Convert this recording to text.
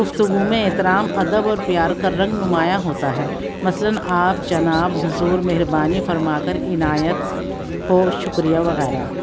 گفتگو میں احترام ادب اور پیار کا رنگ نمایاں ہوتا ہے مثلاً آپ جناب حضور مہربانی فرما کر عنایت ہو شکریہ وغیرہ